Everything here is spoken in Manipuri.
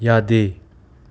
ꯌꯥꯗꯦ